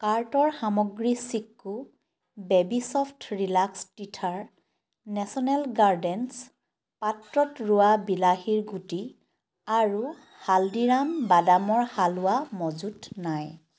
কাৰ্টৰ সামগ্ৰী Chicco baby soft relax teether national gardens পাত্ৰত ৰোৱা বিলাহীৰ গুটি আৰু হালদিৰাম বাদামৰ হালৱা মজুত নাই